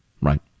Right